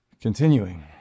Continuing